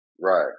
Right